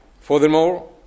Furthermore